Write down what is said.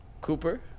Cooper